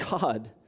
God